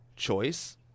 choice